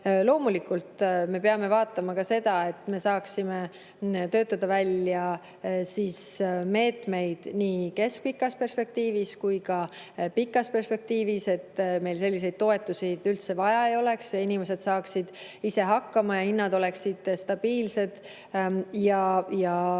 Loomulikult me peame vaatama ka seda, et me saaksime töötada välja meetmeid nii keskpikas perspektiivis kui ka pikas perspektiivis, et meil selliseid toetusi üldse vaja ei oleks, inimesed saaksid ise hakkama ning hinnad oleksid stabiilsed ja